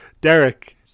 Derek